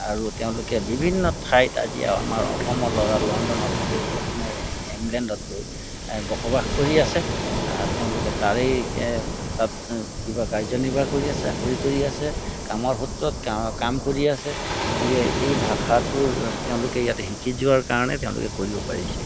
আৰু তেওঁলোকে বিভিন্ন ঠাইত আজি আৰু আমাৰ অসমৰ ল'ৰা লণ্ডনত গৈ মানে ইংলেণ্ডত গৈ বসবাস কৰি আছে তেওঁলোকে তাৰেই তাত কিবা কাৰ্যনিৰ্বাহ কৰি আছে চাকৰি কৰি আছে কামৰ সূত্ৰত কা কাম কৰি আছে গতিকে এই ভাষাটো তেওঁলোকে ইয়াতে শিকি যোৱাৰ কাৰণে তেওঁলোকে কৰিব পাৰিছে